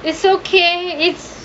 it's okay it's